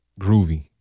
Groovy